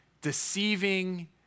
deceiving